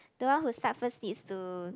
the one who start first needs to